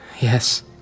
Yes